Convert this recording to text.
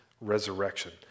resurrection